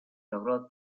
logró